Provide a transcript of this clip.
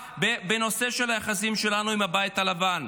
בנושא של היחסים שלנו עם הבית הלבן: